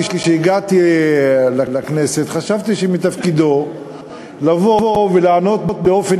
כשהגעתי לכנסת חשבתי שמתפקידו לבוא ולענות באופן